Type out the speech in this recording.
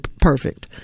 perfect